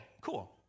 cool